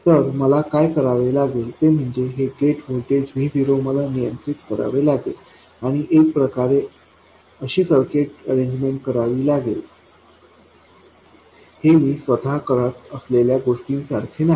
तर मला काय करावे लागेल ते म्हणजे हे गेट व्होल्टेज V0 मला नियंत्रित करावे लागेल आणि एकप्रकारे अशी सर्किट अरेंजमेंट करावी लागेल हे मी स्वतः करत असलेल्या गोष्टी सारखे नाही